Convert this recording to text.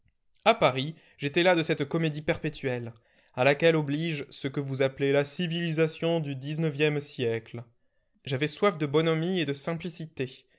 a paris j'étais las de cette comédie perpétuelle à laquelle oblige ce que vous appelez la civilisation du dix-neuvième siècle j'avais soif de bonhomie et de simplicité